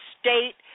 state